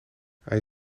hij